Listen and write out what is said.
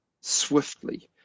swiftly